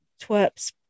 twerp